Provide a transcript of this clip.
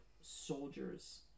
soldiers